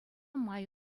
май